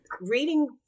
reading